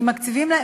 כי מקציבים להם,